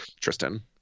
Tristan